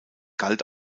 galt